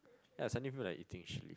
ya suddenly feel like eating chilli